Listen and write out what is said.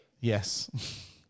Yes